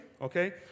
Okay